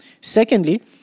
Secondly